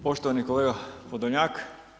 Poštovani kolega Podolnjak.